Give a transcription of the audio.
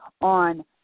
on